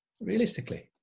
realistically